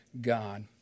God